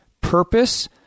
purpose